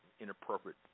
inappropriate